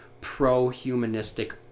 pro-humanistic